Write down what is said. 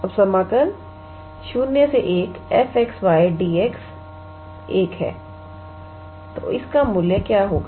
अब समाकल 01𝑓𝑥 𝑦𝑑𝑥 1 है तो इसका मूल्य क्या होगा